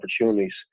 opportunities